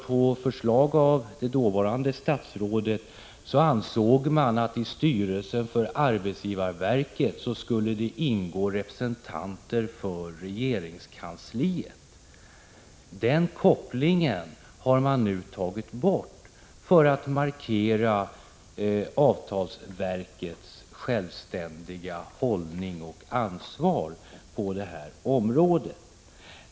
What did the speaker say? På förslag av det dåvarande statsrådet ansågs det att i styrelsen för arbetsgivarverket skulle ingå representanter för regeringskansliet. Den kopplingen har nu tagits bort, som en markering av avtalsverkets självständiga hållning och ansvar på detta område.